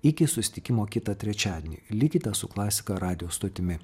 iki susitikimo kitą trečiadienį likite su klasika radijo stotimi